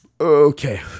Okay